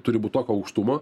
turi būt tokio aukštumo